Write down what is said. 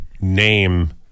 name